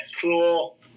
cool